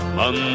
man